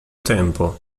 tempo